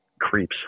creeps